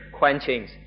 quenchings